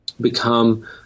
become